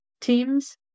teams